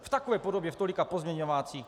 V takové podobě, v tolika pozměňovácích.